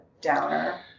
downer